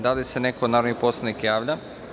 Da li se neko od narodnih poslanika javlja?